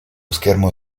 schermo